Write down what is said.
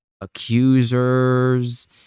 accusers